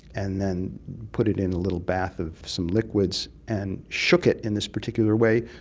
and then put it in a little bath of some liquids and shook it in this particular way,